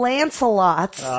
Lancelots